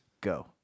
go